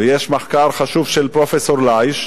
ויש מחקר חשוב של פרופסור ליש,